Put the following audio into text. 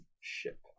ship